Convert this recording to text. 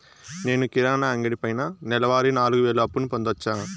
నేను కిరాణా అంగడి పైన నెలవారి నాలుగు వేలు అప్పును పొందొచ్చా?